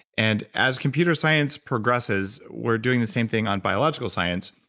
and as computer science progresses, we're doing the same thing on biological science.